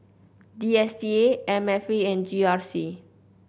D S T A M F A and G R C